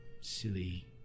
silly